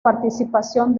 participación